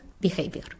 behavior